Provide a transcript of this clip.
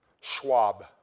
Schwab